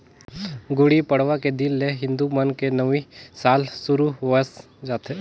गुड़ी पड़वा के दिन ले हिंदू मन के नवी साल सुरू होवस जाथे